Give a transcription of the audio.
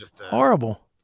Horrible